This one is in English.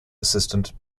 assistant